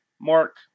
mark